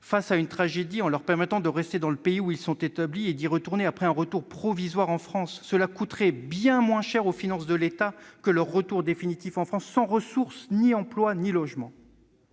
à une tragédie en restant dans le pays où ils sont établis, ou d'y retourner après un séjour provisoire en France, coûterait bien moins cher aux finances de l'État que leur réinstallation définitive en France, sans ressources, ni emploi, ni logement.